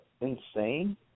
insane